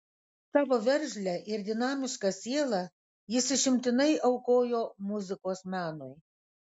savo veržlią ir dinamišką sielą jis išimtinai aukojo muzikos menui